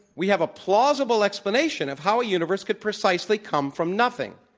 we have a plausible explanation of how a universe could precisely come from nothing.